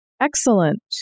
Excellent